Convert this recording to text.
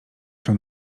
się